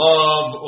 Love